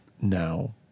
now